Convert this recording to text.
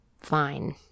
fine